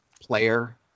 player